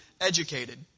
educated